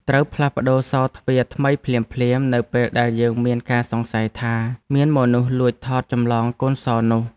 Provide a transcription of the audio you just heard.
ត្រូវផ្លាស់ប្តូរសោរទ្វារថ្មីភ្លាមៗនៅពេលដែលយើងមានការសង្ស័យថាមានមនុស្សលួចថតចម្លងកូនសោរនោះ។